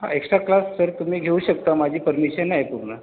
हां extra class sir तुम्ही घेऊ शकता माझी परमिशन आहे पूर्ण